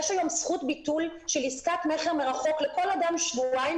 יש היום זכות ביטול של עסקת מכר מרחוק לכל אדם לשבועיים,